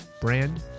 brand